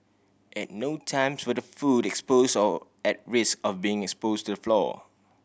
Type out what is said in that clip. at no times were the food expose or at risk of being expose to the floor